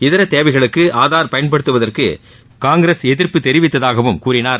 இதர தேவைகளுக்கு ஆதார் பயன்படுத்துவதற்கு காங்கிரஸ் எதிர்ப்பு தெரிவித்ததாகவும் கூறினார்